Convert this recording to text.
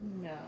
No